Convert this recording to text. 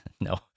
No